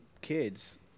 kids